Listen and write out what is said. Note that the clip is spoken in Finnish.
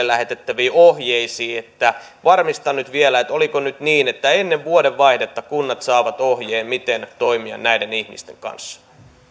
lähetettäviin ohjeisiin varmistan sen nyt vielä oliko nyt niin että ennen vuodenvaihdetta kunnat saavat ohjeen miten toimia näiden ihmisten kanssa